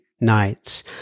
nights